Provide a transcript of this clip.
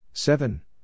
Seven